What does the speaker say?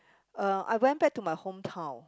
uh I went back to my hometown